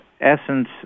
essence